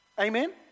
Amen